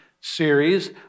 series